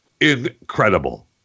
incredible